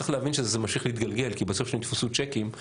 צריך להבין שזה ממשיך להתגלגל כי בסוף כשנתפסו צ'קים,